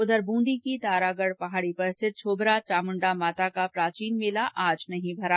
उधर बंदी की तारागढ पहाडी पर स्थित छोबरा चामुंडा माता का प्राचीन मेला आज नहीं भरा